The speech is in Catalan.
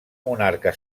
monarca